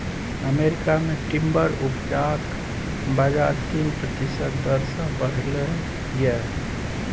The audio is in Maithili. अमेरिका मे टिंबर उपजाक बजार तीन प्रतिशत दर सँ बढ़लै यै